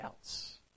else